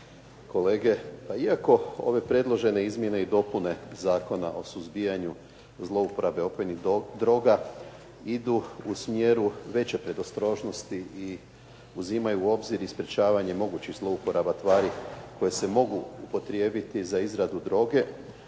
kolege. Pa iako ove predložene izmjene i dopune Zakona o suzbijanju zlouporabe opojnih droga idu u smjeru veće predostrožnosti i uzimaju u obzir i sprječavanje mogućih zlouporaba tvari koje se mogu upotrijebiti za izradu droge